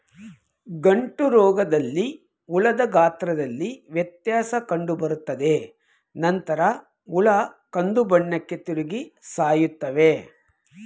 ಗಂಟುರೋಗದಲ್ಲಿ ಹುಳದ ಗಾತ್ರದಲ್ಲಿ ವ್ಯತ್ಯಾಸ ಕಂಡುಬರ್ತದೆ ನಂತರ ಹುಳ ಕಂದುಬಣ್ಣಕ್ಕೆ ತಿರುಗಿ ಸಾಯ್ತವೆ